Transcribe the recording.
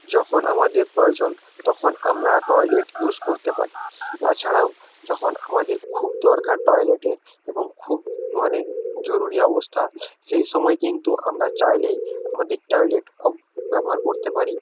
যখন আমাদের প্রয়োজন তখন আমরা টয়লেট ইউস করতে পারি তাছাড়াও যখন আমাদের খুব দরকার টয়লেটের এবং খুব মানে জরুরি অবস্থা সেই সময় কিন্তু আমরা চাইলেই আমাদের টয়লেট ব্যবহার করতে পারি